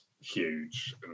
huge